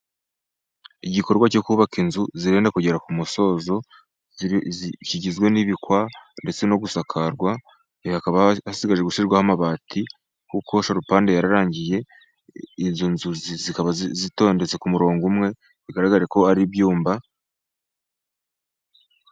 Igikorwa cyo kubaka inzu zirenda kugera ku musozo, zigizwe n'ibikwa ndetse no gusakarwa, hakaba hasigaje gushyirwa amabati ,kuko sharupande yararangiye izo nzu zikaba zitondetse ku murongo umwe bigaragare ko ari ibyumba.